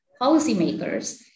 policymakers